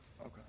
Okay